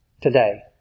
today